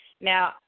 Now